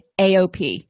AOP